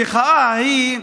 המחאה ההיא,